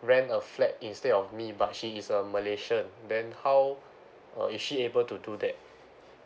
rent a flat instead of me but she is a malaysian then how uh is she able to do that